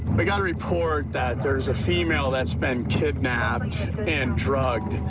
we got a report that there's a female that's been kidnapped and drugged.